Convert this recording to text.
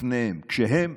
לפניהן, כשהן